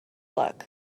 luck